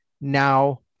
Now